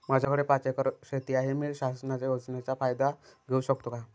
माझ्याकडे पाच एकर शेती आहे, मी शासनाच्या योजनेचा फायदा घेऊ शकते का?